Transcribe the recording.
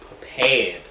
prepared